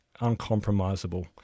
uncompromisable